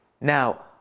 Now